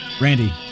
Randy